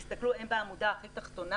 תסתכלו, הם בעמודה הכי תחתונה.